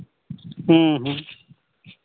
ह्म्म ह्म्म